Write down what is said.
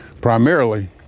Primarily